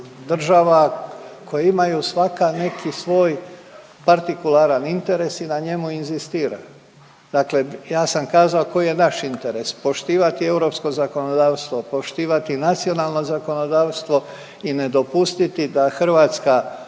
koje imaju svaka neki svoj partikularan interes i na njemu inzistira. Dakle ja sam kazao koji je naš interes, poštivati europsko zakonodavstvo, poštivati nacionalno zakonodavstvo i ne dopustiti da Hrvatska